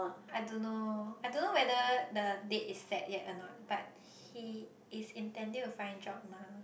I don't know I don't know whether the date is set yet or not but he is intending to find a job mah